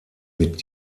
mit